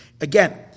Again